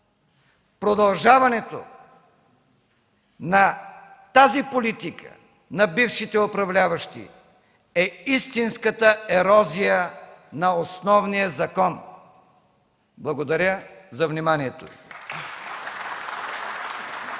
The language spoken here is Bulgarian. Продължаването на тази политика на бившите управляващи е истинската ерозия на Основния закон. Благодаря за вниманието.